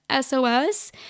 SOS